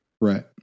Right